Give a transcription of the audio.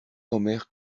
omer